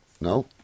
No